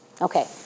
Okay